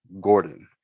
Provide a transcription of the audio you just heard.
Gordon